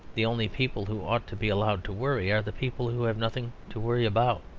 the only people who ought to be allowed to worry are the people who have nothing to worry about.